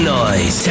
noise